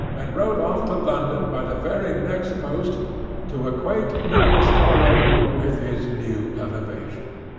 and wrote off to london by the very next post to acquaint nicholas tulrumble with his new elevation.